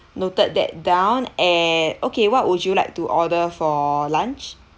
noted that down and okay what would you like to order for lunch